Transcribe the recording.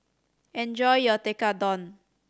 enjoy your Tekkadon